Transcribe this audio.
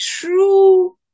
true